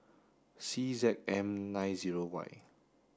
C Z M nine zero Y